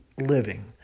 living